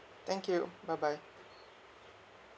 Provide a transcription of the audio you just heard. thank you bye bye